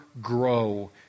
grow